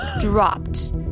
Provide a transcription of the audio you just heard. dropped